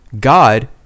God